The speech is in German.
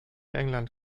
england